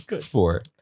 Four